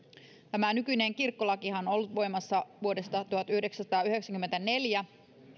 tämä nykyinen kirkkolakihan on ollut voimassa vuodesta tuhatyhdeksänsataayhdeksänkymmentäneljä